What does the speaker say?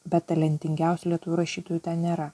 bet talentingiausių lietuvių rašytojų ten nėra